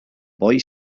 boy